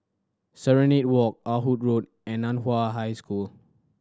Serenade Walk Ah Hood Road and Nan Hua High School